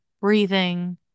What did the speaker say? breathing